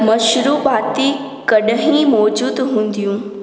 मशरूबाति कॾहिं मौजूदु हूंदियूं